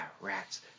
rats